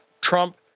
Trump